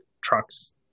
trucks